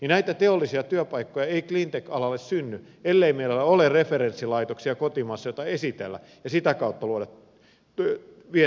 näitä teollisia työpaikkoja ei cleantech alalle synny ellei meillä ole referenssilaitoksia kotimaassa joita esitellä ja sitä kautta luoda vientiin työpaikkoja